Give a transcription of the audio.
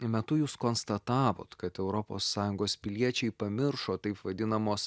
metu jūs konstatavot kad europos sąjungos piliečiai pamiršo taip vadinamos